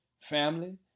Family